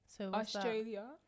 australia